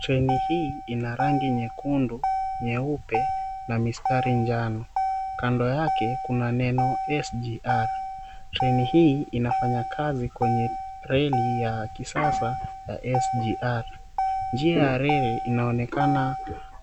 Treni hii ina rangi nyekundu nyeupe na mistari njano. Kando yake kuna neno SGR. Treni hii inafanya kazi kwenye reli ya kisasa ya SGR . Njia ya reli inaonekana